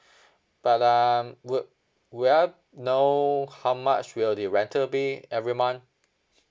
but um will will I know how much will the rental be every month